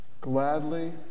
gladly